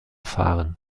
fahren